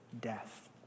death